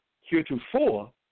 heretofore